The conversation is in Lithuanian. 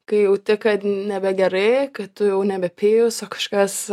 kai jauti kad nebegerai kad tu jau nebe pijus o kažkas